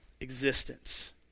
existence